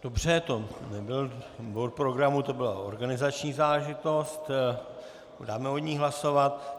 Dobře, to nebyl bod programu, to byla organizační záležitost, dáme o ní hlasovat.